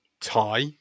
tie